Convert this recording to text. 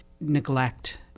neglect